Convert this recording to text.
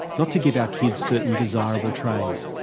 not to give our kids certain desirable traits.